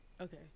Okay